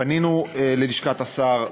פנינו ללשכת השר,